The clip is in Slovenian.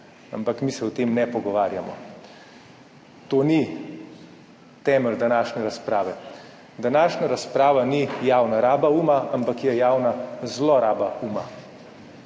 Ampak mi se o tem ne pogovarjamo. To ni temelj današnje razprave. Današnja razprava ni javna raba uma, ampak je javna zloraba uma.